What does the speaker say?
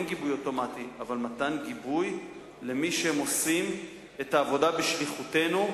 אבל מתן גיבוי למי שעושים את העבודה בשליחותנו,